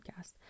podcast